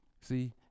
See